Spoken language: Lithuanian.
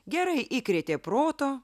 gerai įkrėtė proto